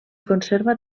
conserva